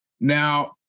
Now